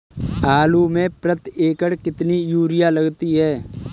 आलू में प्रति एकण कितनी यूरिया लगती है?